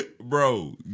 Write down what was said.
Bro